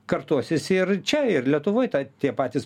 kartosis ir čia ir lietuvoj tą tie patys